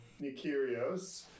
nikirios